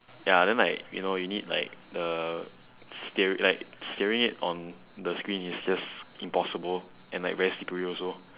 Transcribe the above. ya then like you know you need like the steer~ like steering it on the screen is just impossible and like very slippery also